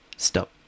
stop